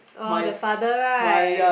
oh the father right